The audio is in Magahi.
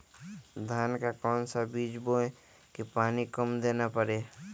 धान का कौन सा बीज बोय की पानी कम देना परे?